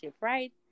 right